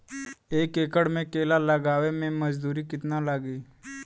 एक एकड़ में केला लगावे में मजदूरी कितना लागी?